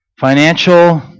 Financial